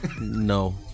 No